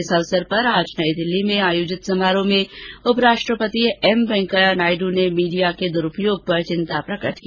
इस अवसर पर आज नई दिल्ली में आयोजित समारोह में उपराष्ट्रपति वेंकैया नायडू ने मीडिया के द्रूपयोग पर चिंता प्रकट की